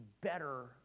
better